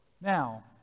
Now